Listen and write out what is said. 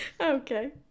Okay